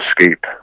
Escape